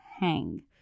hang